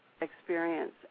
experience